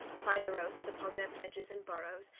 by their oaths upon their pledges and borrows,